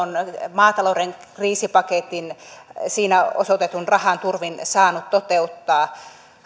maatalouden kriisipaketissa osoitetun rahan turvin saanut toteuttaa